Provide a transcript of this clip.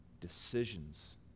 Decisions